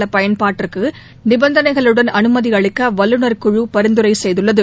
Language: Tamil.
இந்திய பயன்பாட்டிற்கு நிபந்தனைகளுடன் அனுமதி அளிக்க வல்லுநர் குழு பரிந்துரை செய்துள்ளது